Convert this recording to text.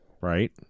Right